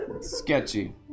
Sketchy